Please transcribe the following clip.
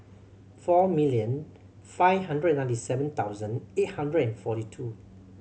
four million five hundred ninety seven thousand eight hundred and forty two